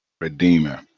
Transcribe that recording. Redeemer